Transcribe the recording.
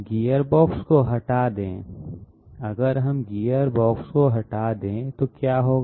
gearbox को हटा दें अगर हम गियरबॉक्स को हटा दें तो क्या होगा